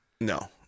No